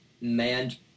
manned